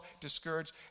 discouraged